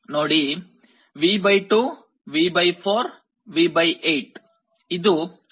ನೋಡಿ V 2 V 4 V 8 ಇದು ಅರ್ಧವಾಗುತ್ತಿದೆ